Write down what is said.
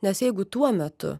nes jeigu tuo metu